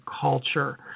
culture